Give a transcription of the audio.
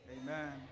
Amen